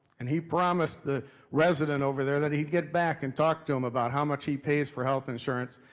and he promised the resident over there that he'd get back and talk to him about how much he pays for health insurance,